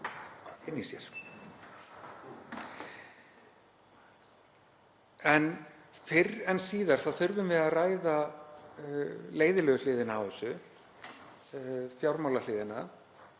þá þurfum við að ræða leiðinlegu hliðina á þessu, fjármálahliðina.